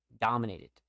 dominated